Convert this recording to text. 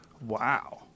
Wow